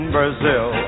Brazil